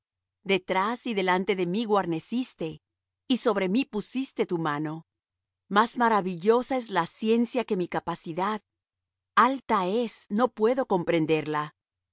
detrás y delante me guarneciste y sobre mí pusiste tu mano más maravillosa es la ciencia que mi capacidad alta es no puedo comprenderla